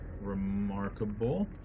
remarkable